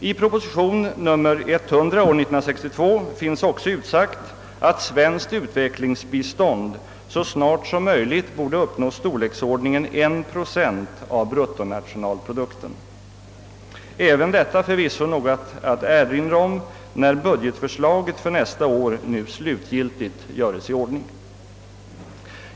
I proposition nr 100 år 1962 finns också utsagt, att svenskt utvecklingsbistånd så snart som möjligt borde uppnå 1 procent av bruttonationalprodukten, även detta förvisso något att erinra om när budgetförslaget för nästa år nu slutgiltigt görs i ordning.